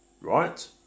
Right